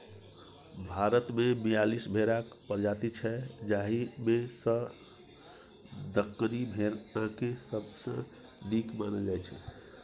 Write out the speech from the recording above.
भारतमे बीयालीस भेराक प्रजाति छै जाहि मे सँ दक्कनी भेराकेँ सबसँ नीक मानल जाइ छै